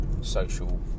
social